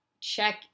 check